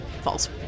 Falls